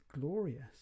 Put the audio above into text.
glorious